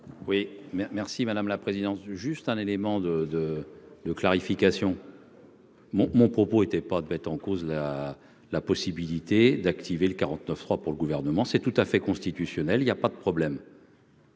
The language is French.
mais merci madame la présidence du juste un élément de de de clarification. Mon, mon propos était pas de mettre en cause la la possibilité d'activer le 49 3 pour le gouvernement, c'est tout à fait constitutionnelle il y a pas de problème.